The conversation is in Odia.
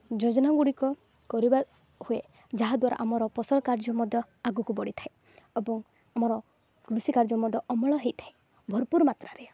ଯୋଜନାଗୁଡ଼ିକ କରିବାକୁ ହୁଏ ଯାହା ଦ୍ୱାରା ଆମର ଫସଲ କାର୍ଯ୍ୟ ମଧ୍ୟ ଆଗକୁ ବଢ଼ିଥାଏ ଏବଂ ଆମର କୃଷି କାର୍ଯ୍ୟ ମଧ୍ୟ ଅମଳ ହୋଇଥାଏ ଭରପୁର ମାତ୍ରାରେ